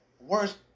Worst